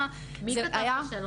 מי כתב את השאלון?